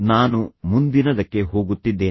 ನಾನು ಮುಂದಿನದಕ್ಕೆ ಹೋಗುತ್ತಿದ್ದೇನೆ